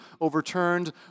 overturned